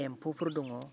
एम्फौफोर दङ